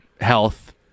health